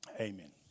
amen